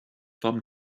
thumb